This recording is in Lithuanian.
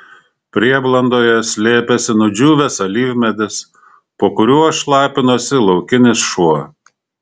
prieblandoje slėpėsi nudžiūvęs alyvmedis po kuriuo šlapinosi laukinis šuo